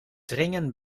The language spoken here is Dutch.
dringen